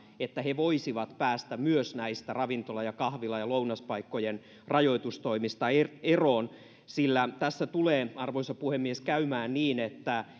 että he voisivat päästä myös näistä ravintola ja kahvila ja lounaspaikkojen rajoitustoimista eroon eroon sillä tässä tulee arvoisa puhemies käymään niin että